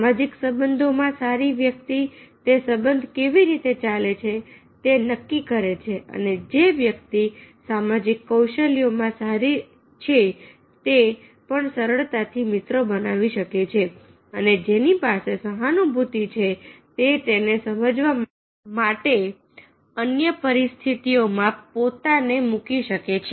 સામાજિક સંબંધોમાં સારી વ્યક્તિ તે સંબંધ કેવી રીતે ચાલે છે તે નક્કી કરે છે અને જે વ્યક્તિ સામાજિક કૌશલ્યો માં સારી છે તે પણ સરળતાથી મિત્રો બનાવી શકે છે અને જેની પાસે સહાનુભૂતિ છે તે તેને સમજવા માટે અન્ય પરિસ્થિતિઓમાં પોતાને મુકી શકે છે